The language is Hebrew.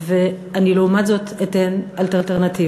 ואני לעומת זאת אתן אלטרנטיבה.